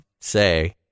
say